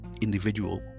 individual